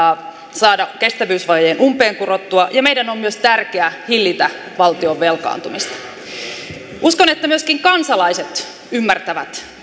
saada kestävyysvajeen umpeenkurottua ja meidän on myös tärkeä hillitä valtion velkaantumista uskon että myöskin kansalaiset ymmärtävät